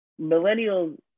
millennials